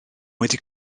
wedi